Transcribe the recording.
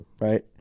right